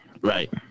right